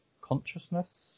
consciousness